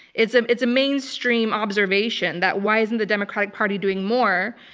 it's um it's a mainstream observation that why isn't the democratic party doing more,